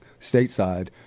stateside